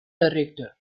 director